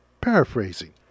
Paraphrasing